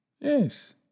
Yes